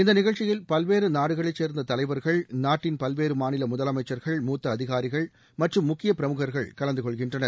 இந்த நிகழ்ச் சியில் பல்வேறு நாடுகளைச் சேர் ந்த தலைவர்கள் நாட்டின் பல்வேறு மாநில முதலமைச்சர்கள் மூத்த அதிகாரிகள் ம ற்றும் முக்கிய பிர முகர்கள் கலந்து கொள்கின் ற னர்